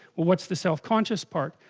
well what's the self conscious part?